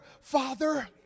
father